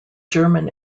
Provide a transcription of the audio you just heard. german